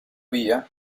via